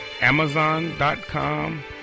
Amazon.com